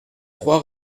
trois